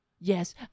Yes